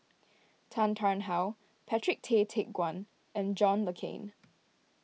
Tan Tarn How Patrick Tay Teck Guan and John Le Cain